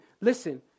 listen